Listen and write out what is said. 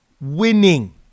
Winning